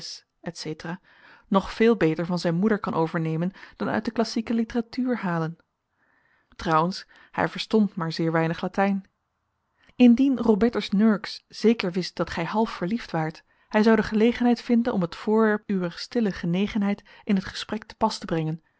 etc nog veel beter van zijn moeder kan overnemen dan uit de classieke literatuur halen trouwens hij verstond maar zeer weinig latijn indien robertus nurks zeker wist dat gij half verliefd waart hij zou de gelegenheid vinden om het voorwerp uwer stille genegenheid in het gesprek te pas te brengen